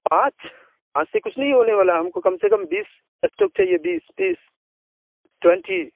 پانچ پانچ سے کچھ نہیں ہونے والا ہے ہم کو کم سے کم بیس اسٹاک چہیے بیس تیس ٹوینٹی